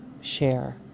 share